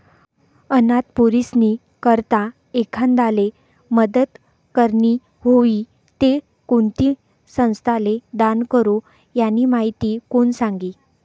अनाथ पोरीस्नी करता एखांदाले मदत करनी व्हयी ते कोणती संस्थाले दान करो, यानी माहिती कोण सांगी